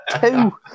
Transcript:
Two